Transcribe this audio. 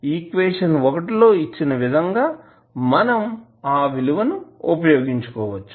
equation లో ఇచ్చిన విధంగా మనం ఆ విలువని ఉపయోగించుకోవచ్చు